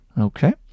Okay